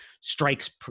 strikes